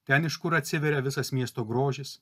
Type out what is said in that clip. ten iš kur atsiveria visas miesto grožis